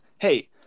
hey